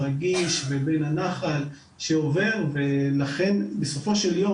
הרגיש ובין הנחל שעובר ולכן בסופו של יום,